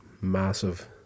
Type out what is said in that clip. massive